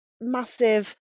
massive